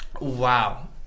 wow